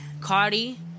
Cardi